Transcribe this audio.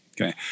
okay